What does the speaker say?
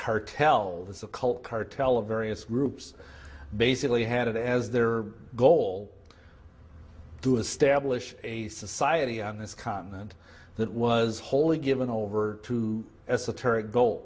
a cult cartel of various groups basically had it as their goal to establish a society on this continent that was wholly given over to esoteric go